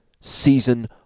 season